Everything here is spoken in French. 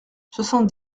soixante